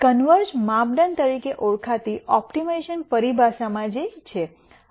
convergence માપદંડ તરીકે ઓળખાતી ઓપ્ટિમાઇઝેશન પરિભાષામાં જે છે